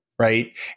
Right